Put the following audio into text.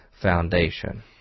foundation